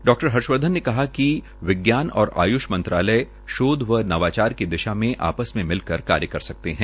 डा हर्षवर्धन ने कहा कि विज्ञान और आयुष मंत्रालय शोध व नवाचार की दिशा में आपस में मिलकर कार्य कर सकते है